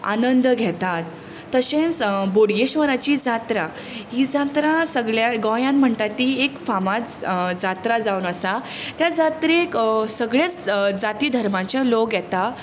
आनंद घेतात तशेंच बोडगेश्वराची जात्रा ही जात्रा सगल्या गोंयांत म्हणटा ती एक फामाद जात्रा जावन आसा त्या जात्रेक सगळेच जाती धर्माचे लोक येता